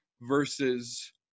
versus